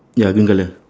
ya green colour